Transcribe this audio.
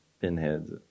Pinheads